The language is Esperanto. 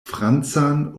francan